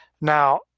Now